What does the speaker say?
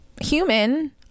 human